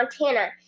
Montana